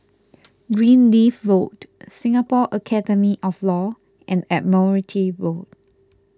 Greenleaf Road Singapore Academy of Law and Admiralty Road